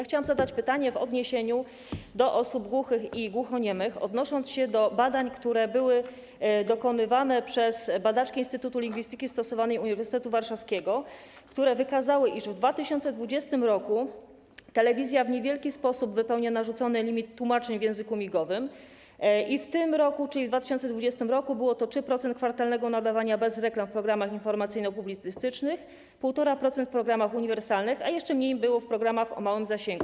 Chciałam zadać pytanie w odniesieniu do osób głuchych i głuchoniemych, odnosząc się do badań, które były dokonywane przez badaczki Instytutu Lingwistyki Stosowanej Uniwersytetu Warszawskiego, które wykazały, iż w 2020 r. telewizja w niewielki sposób wypełnia narzucony limit tłumaczeń w języku migowym i w tym roku, czyli w 2020 r., było to 3% kwartalnego nadawania bez reklam w programach informacyjno-publicystycznych, 1,5% w programach uniwersalnych, a jeszcze mniej było w programach o małym zasięgu.